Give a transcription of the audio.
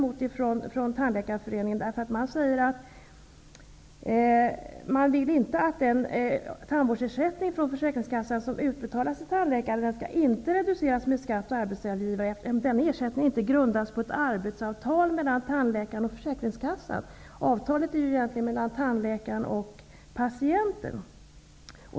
Detta har Privattandläkarföreningen protesterat emot. Man vill inte att den tandvårdsersättning som utbetalas till tandläkaren från Försäkringskassan skall reduceras med skatt och arbetsgivaravgifter. Den ersättningen är inte grundad på ett arbetsavtal mellan tandläkaren och Försäkringskassan. Avtalet är egentligen träffat mellan tandläkaren och patienten.